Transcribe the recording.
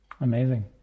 Amazing